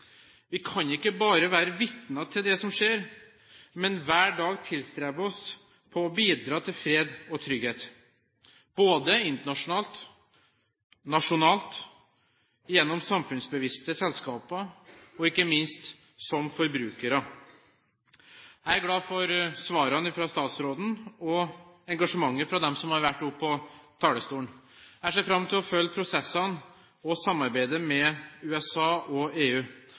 Vi kan ikke bare være vitne til det som skjer, men må hver dag tilstrebe å bidra til fred og trygghet – både internasjonalt, nasjonalt, gjennom samfunnsbevisste selskaper og ikke minst som forbrukere. Jeg er glad for svarene fra statsråden og engasjementet fra dem som har vært på talerstolen. Jeg ser fram til å følge prosessene og til å samarbeide med USA og EU.